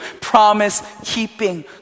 promise-keeping